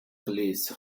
police